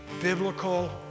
biblical